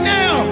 now